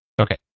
Okay